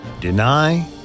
deny